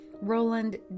Roland